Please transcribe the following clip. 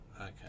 Okay